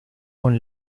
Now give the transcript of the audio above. con